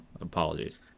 apologies